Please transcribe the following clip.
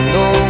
no